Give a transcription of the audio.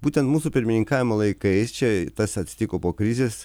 būtent mūsų pirmininkavimo laikais čia tas atsitiko po krizės